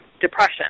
depression